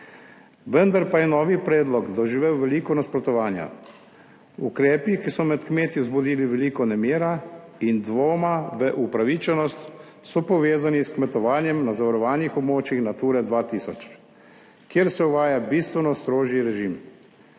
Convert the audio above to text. vendar pa je novi predlog doživel veliko nasprotovanja. Ukrepi, ki so med kmeti vzbudili veliko nemira in dvoma v upravičenost, so povezani s kmetovanjem na zavarovanih območjih Natura 2000, kjer se uvaja bistveno strožji režim.